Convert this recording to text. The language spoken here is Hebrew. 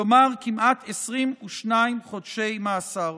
כלומר כמעט 22 חודשי מאסר.